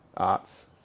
arts